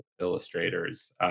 illustrators